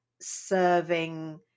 serving